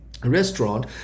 restaurant